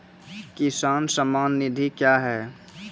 किसान सम्मान निधि क्या हैं?